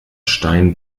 stein